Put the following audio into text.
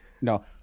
No